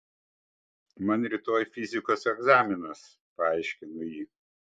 man rytoj fizikos egzaminas paaiškino ji